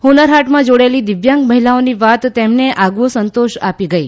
હુન્નર ફાટમાં જોડાયેલી દિવ્યાંગ મહિલાઓની વાત તેમણે આગવો સંતોષ આપી ગઇ